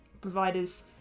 providers